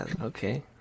Okay